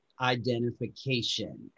identification